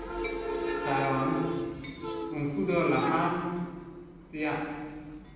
ᱠᱟᱨᱚᱱ ᱩᱱᱠᱩ ᱫᱚ ᱞᱟᱦᱟᱱ ᱛᱮᱭᱟᱜ